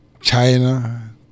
China